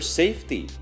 safety